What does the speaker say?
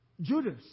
Judas